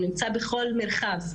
בכל מרחב.